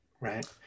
right